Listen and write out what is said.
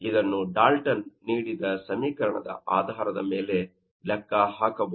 ಇದನ್ನು ಡಾಲ್ಟನ್ಸ್ ನೀಡಿದ ಸಮೀಕರಣದ ಆಧಾರದ ಮೇಲೆ ಲೆಕ್ಕ ಹಾಕಬಹುದು